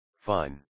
Fine